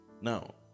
Now